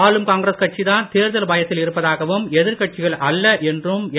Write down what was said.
ஆளும் காங்கிரஸ் கட்சி தான் தேர்தல் பயத்தில் இருப்பதாகவும் எதிர்கட்சிகள் அல்ல என்றும் என்